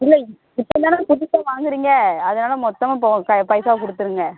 இல்லை இப் இப்போதான புதுசாக வாங்குறீங்க அதனால் மொத்தமாக பா பா பைசா கொடுத்துருங்க